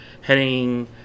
heading